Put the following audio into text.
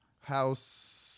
House